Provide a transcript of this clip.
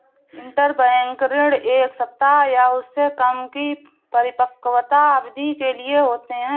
interbank ऋण एक सप्ताह या उससे कम की परिपक्वता अवधि के लिए होते हैं